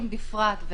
וכל הליטאים בפרט,